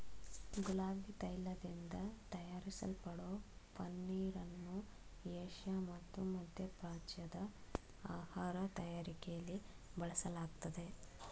ಗುಲಾಬಿ ತೈಲದಿಂದ ತಯಾರಿಸಲ್ಪಡೋ ಪನ್ನೀರನ್ನು ಏಷ್ಯಾ ಮತ್ತು ಮಧ್ಯಪ್ರಾಚ್ಯದ ಆಹಾರ ತಯಾರಿಕೆಲಿ ಬಳಸಲಾಗ್ತದೆ